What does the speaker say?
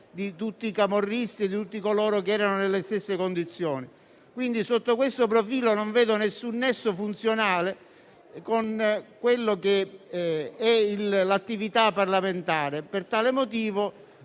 di camorristi e di tutti coloro che erano nelle stesse condizioni. Sotto questo profilo non vedo alcun nesso funzionale con l'attività parlamentare. Per tale motivo